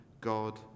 God